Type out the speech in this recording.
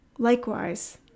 Likewise